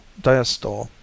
diastole